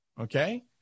Okay